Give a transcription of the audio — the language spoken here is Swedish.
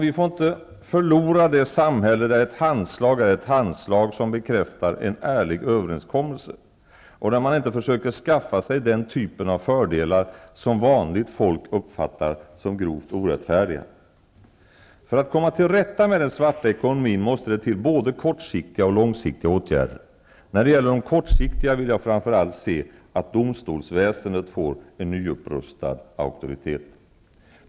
Vi får inte förlora det samhälle där ett handslag är ett handslag som bekräftar en ärlig överenskommelse och där man inte försöker skaffa sig den typ av fördelar som vanligt folk uppfattar som grovt orättfärdiga. För att komma till rätta med den svarta ekonomin måste det till både kortsiktiga och långsiktiga åtgärder. När det gäller de kortsiktiga åtgärderna vill jag framför allt se att domstolsväsendet får en nyupprättad auktoritet.